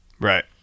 Right